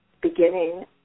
beginning